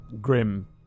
Grim